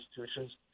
institutions